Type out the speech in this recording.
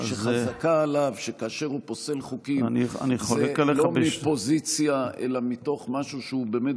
שחזקה עליו שכאשר הוא פוסל חוקים זה לא מפוזיציה אלא מתוך משהו שבאמת,